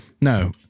No